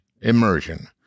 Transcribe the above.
Immersion